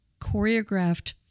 choreographed